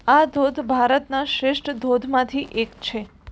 આ ધોધ ભારતના શ્રેષ્ઠ ધોધમાંથી એક છે